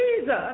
Jesus